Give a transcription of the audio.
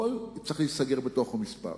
הכול צריך להיסגר בתוך המספר.